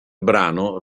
brano